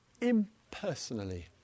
impersonally